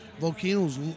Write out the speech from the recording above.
volcanoes